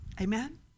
Amen